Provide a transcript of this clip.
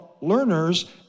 learners